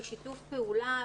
בשיתוף פעולה,